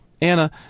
Anna